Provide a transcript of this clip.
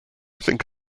think